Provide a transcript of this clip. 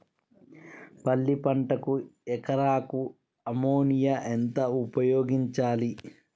పల్లి పంటకు ఎకరాకు అమోనియా ఎంత ఉపయోగించాలి?